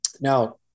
Now